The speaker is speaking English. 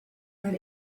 that